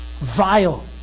vile